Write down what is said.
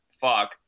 fuck